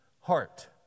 heart